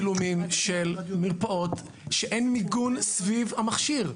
יש לנו צילומים של מרפאות שאין מיגון סביב המכשיר.